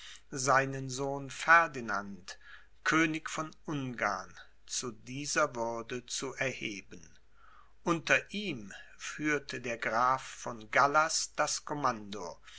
seinen sohn ferdinand könig von ungarn zu dieser würde zu erheben unter ihm führte der graf von gallas das commando